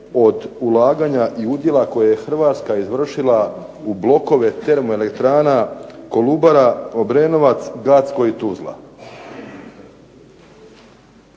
od ulaganja i udjela koje je Hrvatska izvršila u blokove termo elektrana Kolubara, Obrenovca, Gradsko i Tuzla.